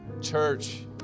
Church